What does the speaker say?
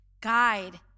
guide